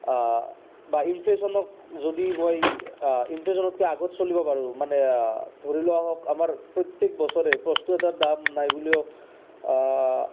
বা ইনফ্লেশ্যনক যদি মই ইনফ্লেশ্যনতকৈ আগত চলিব পাৰোঁ মানে ধৰি লোৱা হওক আমাৰ প্ৰত্যেক বছৰে বস্তু এটাৰ দাম নাই বুলিও